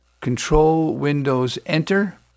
Control-Windows-Enter